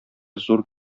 зур